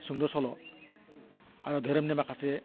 सुंद' सल' आरो दोहोरोमनि माखासे